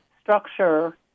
structure